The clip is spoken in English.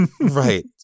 Right